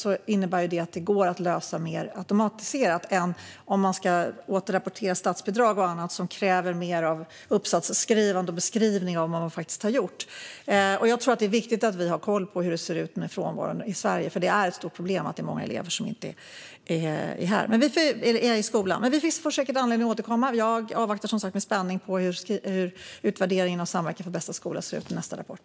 Det innebär att det går att lösa mer automatiserat än återrapportering av statsbidrag och annat, som kräver mer av uppsatsskrivande och beskrivning av vad man har gjort. Jag tror att det är viktigt att vi har koll på hur det ser ut med frånvaron i Sverige, för det är ett stort problem att många elever inte är i skolan. Vi får säkert anledning att återkomma. Jag avvaktar som sagt med spänning hur utvärderingen av Samverkan för bästa skola ser ut i nästa rapport.